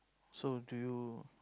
so do you